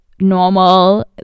normal